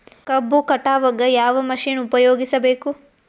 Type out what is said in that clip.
ಕಬ್ಬು ಕಟಾವಗ ಯಾವ ಮಷಿನ್ ಉಪಯೋಗಿಸಬೇಕು?